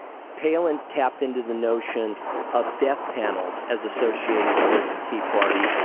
palin tapped into the notion of death panels as associated with the tea party,